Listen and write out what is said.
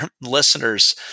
listeners